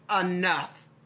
enough